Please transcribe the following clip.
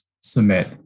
submit